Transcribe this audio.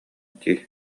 дии